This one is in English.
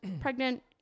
pregnant